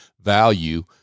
value